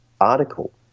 article